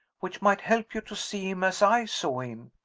which might help you to see him as i saw him.